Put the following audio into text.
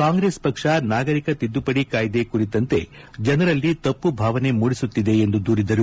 ಕಾಂಗ್ರೆಸ್ ಪಕ್ಷ ನಾಗರಿಕ ತಿದ್ದುಪಡಿ ಕಾಯ್ದೆ ಕುರಿತಂತೆ ಜನರಲ್ಲಿ ತಪ್ಪು ಭಾವನೆ ಮೂಡಿಸುತ್ತಿದೆ ಎಂದು ದೂರಿದರು